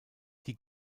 die